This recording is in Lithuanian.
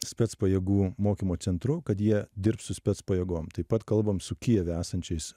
spec pajėgų mokymo centru kad jie dirbs su spec pajėgom taip pat kalbam su kijeve esančiais